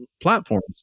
platforms